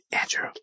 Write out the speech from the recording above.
Andrew